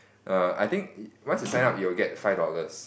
err I think once you sign up you'll get five dollars